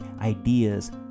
ideas